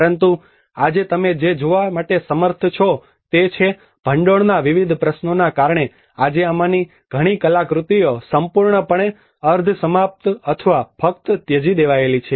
પરંતુ આજે તમે જે જોવા માટે સમર્થ છો તે છે ભંડોળના વિવિધ પ્રશ્નોના કારણે આજે આમાંની ઘણી કલાકૃતિઓ સંપૂર્ણપણે અર્ધ સમાપ્ત અથવા ફક્ત ત્યજી દેવાયેલી છે